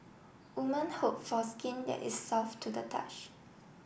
woman hope for skin that is soft to the touch